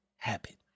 Habit